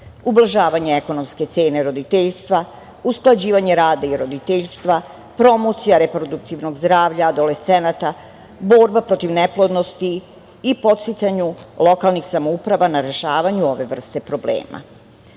ublažavanje ekonomske cene roditeljstva, usklađivanje rada i roditeljstva, promocija reproduktivnog zdravlja, adolescenata, borba protiv neplodnosti i podsticanju lokalnih samouprava na rešavanju ove vrste problema. Kada